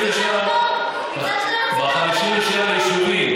ב-57 יישובים.